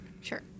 Sure